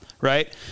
right